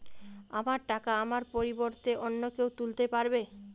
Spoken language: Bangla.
আমার টাকা আমার পরিবর্তে অন্য কেউ তুলতে পারবে?